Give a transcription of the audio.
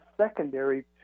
secondary